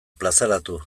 plazaratu